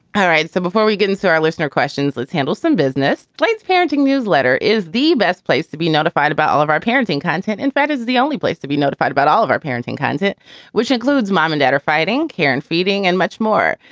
all right so before we get in to so our listener questions, let's handle some business. slate's parenting newsletter is the best place to be notified about all of our parenting of. in and fact, is is the only place to be notified about all of our parenting kinds, it which includes mom and dad are fighting care and feeding and much more.